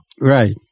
Right